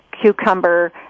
cucumber